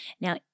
Now